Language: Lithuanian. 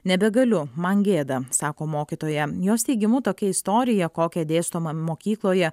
nebegaliu man gėda sako mokytoja jos teigimu tokia istorija kokią dėstoma mokykloje